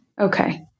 Okay